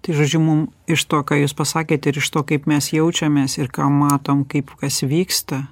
tai žodžiu mum iš to ką jūs pasakėte ir iš to kaip mes jaučiamės ir ką matom kaip kas vyksta